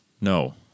No